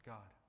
God